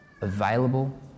available